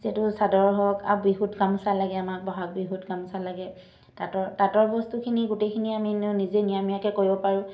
যিহেতু চাদৰ হওক আৰু বিহুত গামোচা লাগে আমাক বহাগ বিহুত গামোচা লাগে তাঁতৰ তাঁতৰ বস্তুখিনি গোটেইখিনি আমি ইনেও নিজে নিয়মীয়াকৈ কৰিব পাৰোঁ